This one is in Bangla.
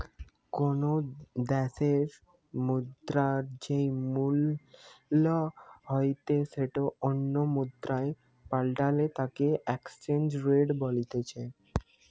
কোনো দ্যাশের মুদ্রার যেই মূল্য হইতে সেটো অন্য মুদ্রায় পাল্টালে তাকে এক্সচেঞ্জ রেট বলতিছে